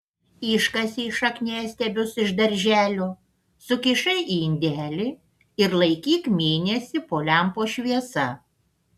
iškasei šakniastiebius iš darželio sukišai į indelį ir laikyk mėnesį po lempos šviesa